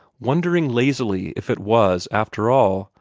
wondering lazily if it was, after all,